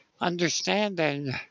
understanding